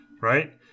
Right